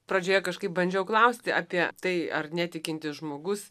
pradžioje kažkaip bandžiau klausti apie tai ar netikintis žmogus